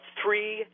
three